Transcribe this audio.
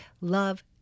love